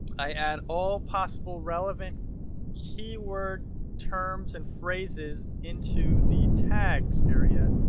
i and all possible relevant keyword terms and phrases into the tags area.